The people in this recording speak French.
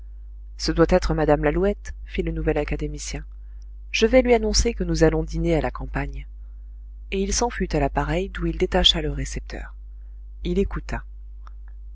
ce doit être mme lalouette fit le nouvel académicien je vais lui annoncer que nous allons dîner à la campagne et il s'en fut à l'appareil d'où il détacha le récepteur il écouta